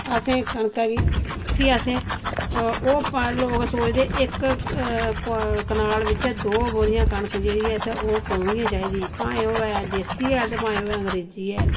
असें कनका गी फ्ही असें ओह् लोग सोचदे इक कनाल बिच्चा दो बोरियां कनक जेह्ड़ी ऐ असें ओह् पौनी गै चाहिदी भाएं होवे देसी हैल ते भाएं होवे अंग्रेजी हैल